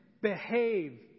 behave